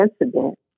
incident